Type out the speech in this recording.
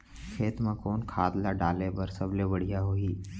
खेत म कोन खाद ला डाले बर सबले बढ़िया होही?